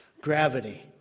gravity